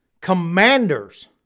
commanders